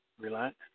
Relax